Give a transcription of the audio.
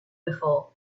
before